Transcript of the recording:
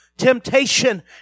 temptation